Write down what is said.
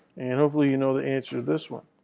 and hopefully you know the answer to this one.